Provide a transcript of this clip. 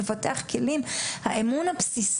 לפתח